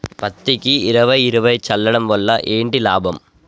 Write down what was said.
పత్తికి ఇరవై ఇరవై చల్లడం వల్ల ఏంటి లాభం?